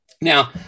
Now